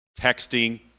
texting